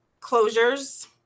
closures